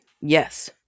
Yes